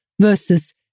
versus